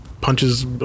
punches